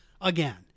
Again